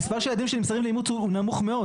המספר של הילדים שנמסרים לאימוץ הוא נמוך מאוד.